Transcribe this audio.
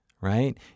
right